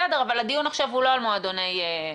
בסדר, אבל הדיון עכשיו הוא לא על מועדוני לילה.